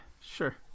sure